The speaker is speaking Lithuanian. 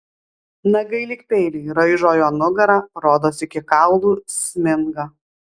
nagai lyg peiliai raižo jo nugarą rodos iki kaulų sminga